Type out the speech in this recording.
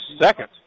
second